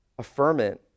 affirmant